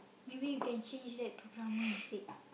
maybe you can change that to drama instead